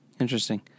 Interesting